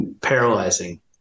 paralyzing